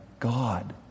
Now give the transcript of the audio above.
God